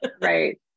Right